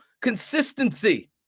consistency